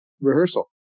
rehearsal